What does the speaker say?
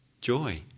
joy